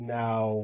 now